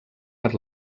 per